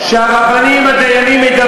מה הבעיה?